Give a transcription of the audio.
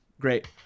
great